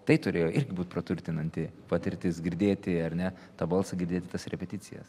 tai turėjo būt praturtinanti patirtis girdėti ar ne tą balsą girdėti tas repeticijas